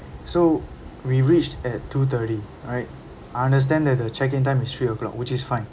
so we reached at two thirty right I understand that the check in time is three o'clock which is fine